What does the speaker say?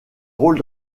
rôle